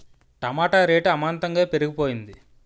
టమాట rate అమాంతంగా పెరిగిపోయింది